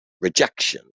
rejection